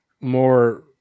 more